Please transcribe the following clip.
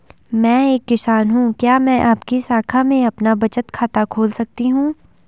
मैं एक किसान हूँ क्या मैं आपकी शाखा में अपना बचत खाता खोल सकती हूँ?